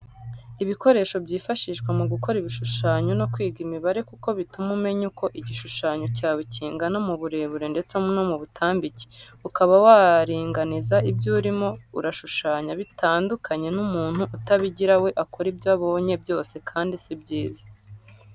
Ibikoresho byifashishwa mu gukora ibishushanyo no kwiga imibare kuko bituma umemya uko igishushanyo cyawe kingana mu burebure ndetse no mu butambike, ukaba waringaniza ibyo urimo urashushanya bitandukanye n'umuntu utabigira we akora ibyo abonye byose kandi si byiza.